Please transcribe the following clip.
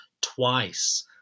twice